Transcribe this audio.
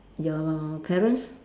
your parents